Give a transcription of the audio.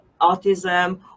autism